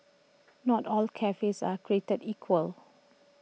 not all cafes are created equal